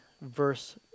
verse